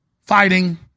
fighting